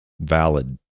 valid